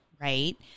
Right